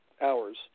hours